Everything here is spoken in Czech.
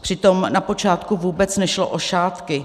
Přitom na počátku vůbec nešlo o šátky.